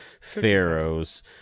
Pharaohs